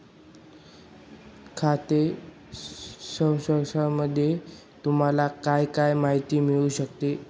खाते सारांशामध्ये तुम्हाला काय काय माहिती मिळू शकते?